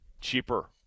cheaper